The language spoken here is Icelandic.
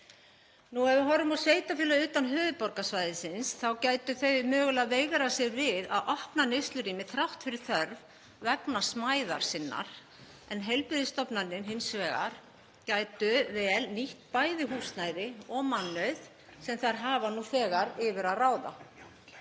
Ef við horfum á sveitarfélög utan höfuðborgarsvæðisins þá gætu þau mögulega veigrað sér við að opna neyslurými þrátt fyrir þörf vegna smæðar sinnar, en heilbrigðisstofnanir gætu hins vegar vel nýtt bæði húsnæði og mannauð sem þær hafa nú þegar yfir að ráða.